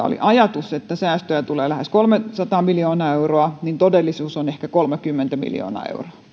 oli ajatus että säästöä tulee lähes kolmesataa miljoonaa euroa niin todellisuus on ehkä kolmekymmentä miljoonaa